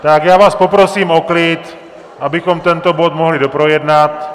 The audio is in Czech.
Tak já vás poprosím o klid, abychom tento bod mohli doprojednat.